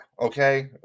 Okay